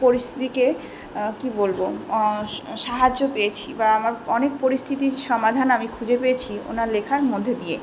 পরিস্থিতিকে কি বলবো সাহায্য পেয়েছি বা আমার অনেক পরিস্থিতির সমাধান আমি খুঁজে পেয়েছি ওনার লেখার মধ্যে দিয়ে